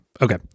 okay